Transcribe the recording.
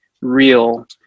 real